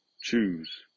choose